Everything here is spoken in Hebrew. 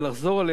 כך נאמר לי,